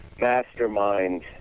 mastermind